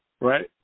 right